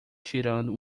tirando